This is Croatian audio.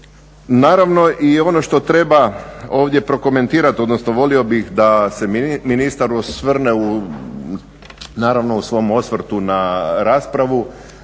Naravno i ono što treba ovdje prokomentirati, odnosno volio bih da se ministar osvrne naravno u svom osvrtu na raspravu